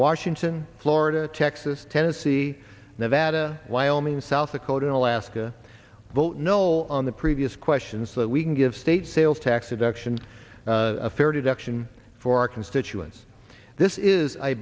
washington florida texas tennessee see nevada wyoming south dakota and alaska vote no on the previous questions that we can give state sales tax deductions a fair deduction for our constituents this is a